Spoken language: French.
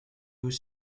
aux